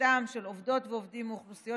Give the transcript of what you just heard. כניסתם של עובדות ועובדים מאוכלוסיות